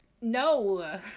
No